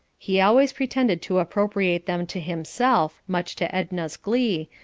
he always pretended to appropriate them to himself, much to edna's glee,